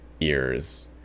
ears